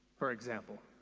for example.